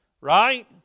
Right